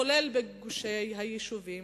לרבות בגושי היישובים,